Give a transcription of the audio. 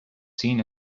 seen